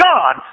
God